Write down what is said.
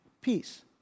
Peace